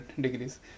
degrees